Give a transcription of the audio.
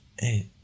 Hey